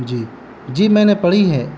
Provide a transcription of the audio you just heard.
جی جی میں نے پڑھی ہے